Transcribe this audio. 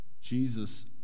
Jesus